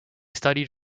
studied